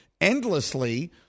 endlessly